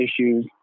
issues